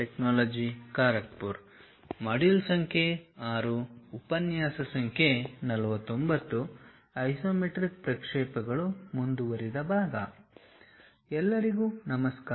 isometric ಪ್ರಕ್ಷೇಪಗಳು ಮುಂದುವರಿದ ಭಾಗ ಎಲ್ಲರಿಗೂ ನಮಸ್ಕಾರ